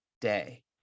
day